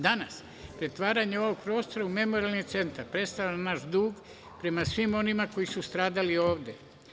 Danas, pretvaranjem ovog prostora u Memorijalni centar predstavlja naš dug prema svima onima koji su stradali ovde.